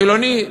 חילוני,